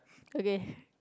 okay